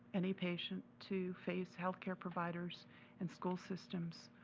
any patient, to face health care providers and school systems,